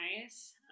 nice